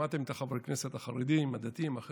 שמעתם את חברי הכנסת החרדים, הדתיים, אחרים,